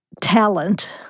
talent